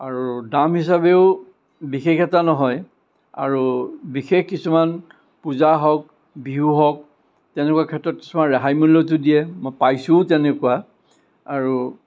আৰু দাম হিচাবেও বিশেষ এটা নহয় আৰু বিশেষ কিছুমান পূজা হওক বিহু হওক তেনেকুৱা ক্ষেত্ৰত কিছুমান ৰেহাই মূল্যতো দিয়ে মই পাইছোও তেনেকুৱা আৰু